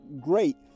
great